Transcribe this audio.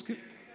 מסכים.